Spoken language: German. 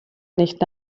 nicht